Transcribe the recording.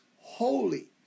holy